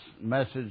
message